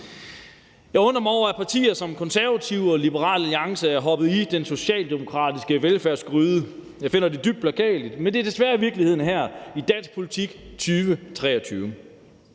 Jeg undrer mig over, at partier som Konservative og Liberal Alliance er hoppet i den socialdemokratiske velfærdsstatsgryde. Jeg finder det dybt beklageligt, men det er desværre virkeligheden i dansk politik her